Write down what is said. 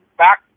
back